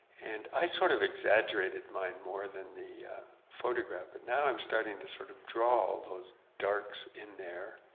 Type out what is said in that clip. and i sort of exaggerated mine more than the photograph but now i'm starting to sort of draw all those darks in there